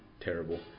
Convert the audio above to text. terrible